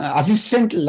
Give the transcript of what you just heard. assistant